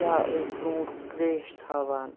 یا ٲسۍ برونٹھ ریش تھاوان